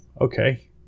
Okay